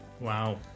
Wow